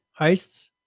heists